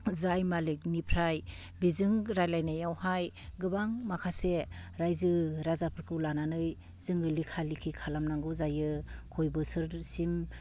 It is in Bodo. जाय मालिखनिफ्राय बेजों रायज्लायनायावहाय गोबां माखासे रायजो राजाफोरखौ लानानै जोङो लेखा लिखि खालामनांगौ जायो खय बोसोरसिम